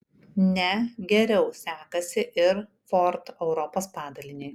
ne geriau sekasi ir ford europos padaliniui